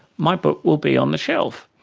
my book will be on the shelf.